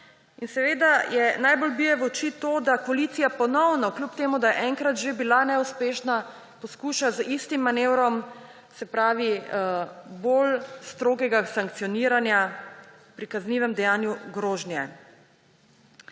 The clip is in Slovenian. ni izjema. Najbolj bode v oči to, da koalicija, kljub temu da je enkrat že bila neuspešna, poskuša z istim manevrom bolj strogega sankcioniranja pri kaznivem dejanju grožnje.